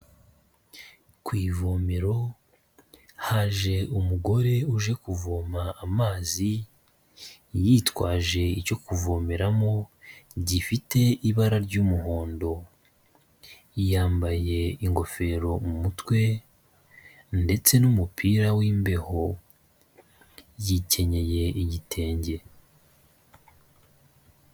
Ku ivomero haje umugore uje kuvoma amazi yitwaje icyo kuvomeramo, gifite ibara ry'umuhondo. Yambaye ingofero mu mutwe ndetse n'umupira w'imbeho. Yikenyeye igitenge.